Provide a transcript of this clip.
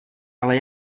ale